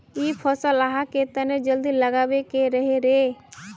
इ फसल आहाँ के तने जल्दी लागबे के रहे रे?